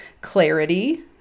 clarity